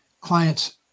clients